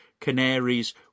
canaries